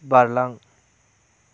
बारलां